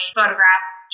photographed